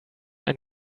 ein